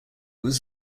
was